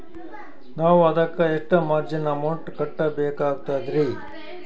ನಾವು ಅದಕ್ಕ ಎಷ್ಟ ಮಾರ್ಜಿನ ಅಮೌಂಟ್ ಕಟ್ಟಬಕಾಗ್ತದ್ರಿ?